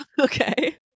Okay